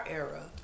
era